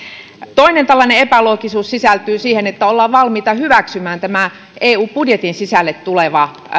toinen tällainen epäloogisuus sisältyy siihen että ollaan valmiita hyväksymään eu budjetin sisälle tuleva